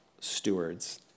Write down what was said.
stewards